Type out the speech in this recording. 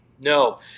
No